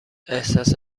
احساس